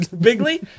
bigly